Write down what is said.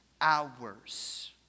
hours